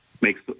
makes